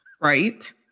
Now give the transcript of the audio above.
Right